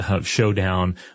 showdown